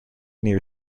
near